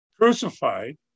crucified